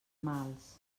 mals